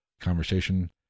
conversation